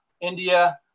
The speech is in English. India